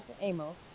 Amos